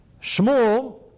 Shmuel